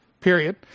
period